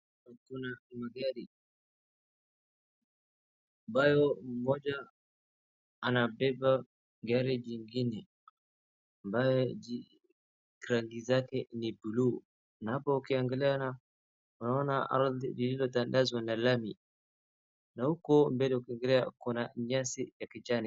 Hapa kuna magari ambayo moja anabeba gari jingine ambaye rangi zake ni buluu, na hapo ukiangalia unaona ardhi lilotandazwa na lami, na huko mbele ukiangalia kuna nyasi ya kijani.